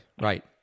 Right